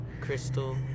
crystal